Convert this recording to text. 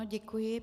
Děkuji.